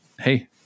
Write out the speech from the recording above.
hey